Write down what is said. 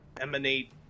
emanate